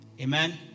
Amen